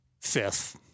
Fifth